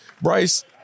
Bryce